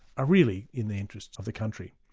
are really in the interests of the country,